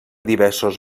diversos